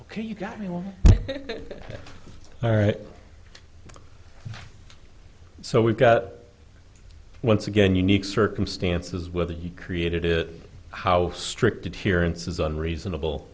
ok you got me well all right so we've got once again unique circumstances whether you created it how strict adherence is on reasonable